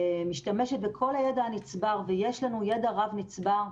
משתמשת בכל הידע הנצבר, ויש לנו ידע רב נצבר.